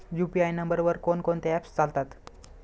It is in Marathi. यु.पी.आय नंबरवर कोण कोणते ऍप्स चालतात?